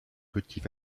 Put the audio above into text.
petits